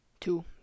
two